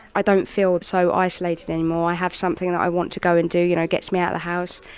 i don't feel so isolated anymore, i have something that i want to go and do you know gets me out the house.